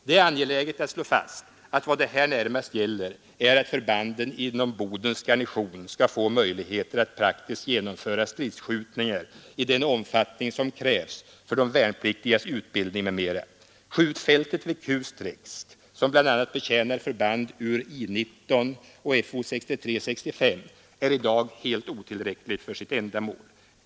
Det är angeläget att slå fast att vad det här närmast gäller är att förbanden inom Bodens garnison skall få möjligheter att praktiskt genomföra stridsskjutningar i den omfattning som krävs för de värnpliktigas utbildning m.m. Skjutfältet vid Kusträsk, som bl.a. betjänar förband ur I 19 och Fo 63/65, är i dag helt otillräckligt för sitt ändamål.